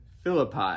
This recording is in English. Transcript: Philippi